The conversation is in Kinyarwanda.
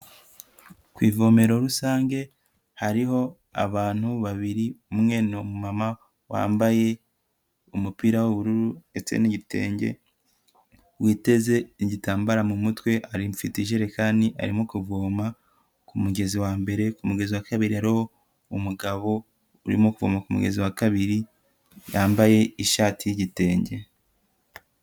Ku ivomero rusange hariho abantu babiri umwe ni umu mama wambaye umupira w'ubururu ndetse n'igitenge witeze igitambaro mu mutwe, afite ijerekani arimo kuvoma kumugezi wambere kumugezi wa kabiri hariho umugabo urimo kuvoma kumugezi wa kabiri yambaye ishati y'igitenge.